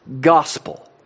gospel